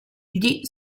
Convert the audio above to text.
gli